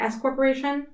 S-corporation